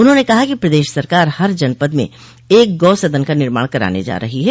उन्होंने बताया कि प्रदेश सरकार हर जनपद में एक गौ सदन का निर्माण करने जा रही है